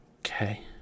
Okay